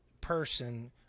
person